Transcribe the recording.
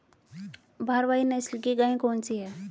भारवाही नस्ल की गायें कौन सी हैं?